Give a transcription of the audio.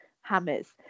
hammers